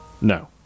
No